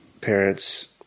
parents